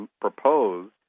proposed